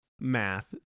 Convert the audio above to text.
math